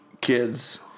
kids